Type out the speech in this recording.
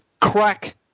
Crack